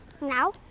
Now